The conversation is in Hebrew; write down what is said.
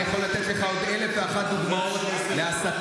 אני יכול לתת לך עוד 1,001 דוגמאות להסתה,